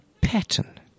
pattern